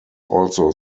also